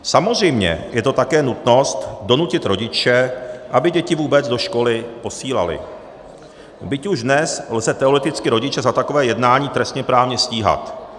Samozřejmě je to také nutnost donutit rodiče, aby děti vůbec do školy posílali, byť už dnes lze teoreticky rodiče za takové jednání trestněprávně stíhat.